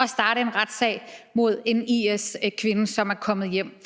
at starte en retssag mod en IS-kvinde, som er kommet hjem.